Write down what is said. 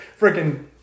freaking